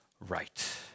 right